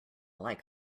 like